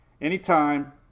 anytime